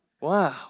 Wow